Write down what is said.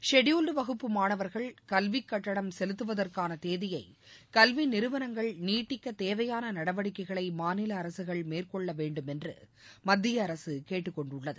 scheduled வகுப்பு மாணவர்கள் கல்வி கட்டணம் செலுத்துவதற்கான தேதியை கல்வி நிறுவனங்கள் நீட்டிக்கத் தேவையான நடவடிக்கைகளை மாநில அரசுகள் மேற்கொள்ள வேண்டும் என்று மத்திய அரசு கேட்டுக்கொண்டுள்ளது